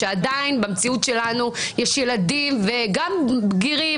שעדיין במציאות שלנו יש ילדים וגם בגירים